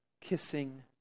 Kissing